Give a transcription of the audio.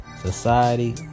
society